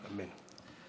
אמן.